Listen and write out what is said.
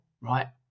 right